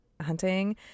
hunting